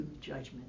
judgment